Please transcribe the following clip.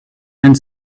and